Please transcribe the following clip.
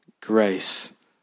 Grace